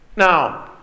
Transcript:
Now